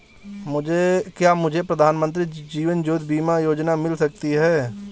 क्या मुझे प्रधानमंत्री जीवन ज्योति बीमा योजना मिल सकती है?